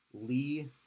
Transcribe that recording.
Lee